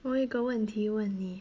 我有一个问题问你